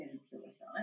suicide